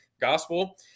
gospel